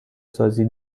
سازی